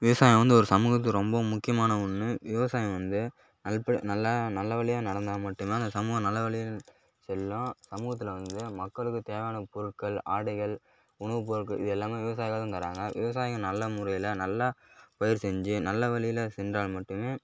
விவசாயம் வந்து ஒரு சமூகத்துக்கு ரொம்ப முக்கியமான ஒன்று விவசாயம் வந்து அதுபோல் நல்லா நல்ல வழியா நடந்தால் மட்டும்தான் இந்த சமூகம் நல்ல வழில செல்லும் சமூகத்தில் வந்து மக்களுக்கு தேவையான பொருட்கள் ஆடைகள் உணவு பொருட்கள் இது எல்லாமே விவசாயிகள் தான் தராங்க விவசாயிகள் நல்ல முறையில் நல்லா பயிர் செஞ்சு நல்ல வழில செஞ்சால் மட்டுமே